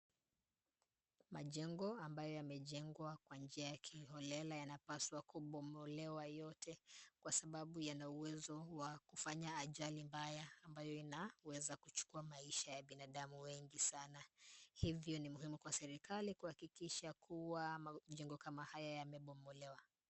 Majengo ambayo yamejengwa kwa njia ya kiholela yanapaswa kubomolewa yote, kwa sababu yana uwezo wa kufanya ajali mbaya, ambayo inaweza kuchukua maisha ya binadamu wengi sana. Hivyo ni muhimu kwa serikali kuhakikisha kuwa, majengo kama haya yamebomolewa.